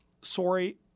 sorry